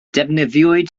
defnyddiwyd